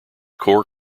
core